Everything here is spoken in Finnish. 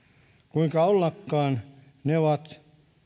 kuinka ollakaan ne ovat